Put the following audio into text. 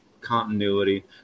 continuity